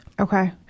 Okay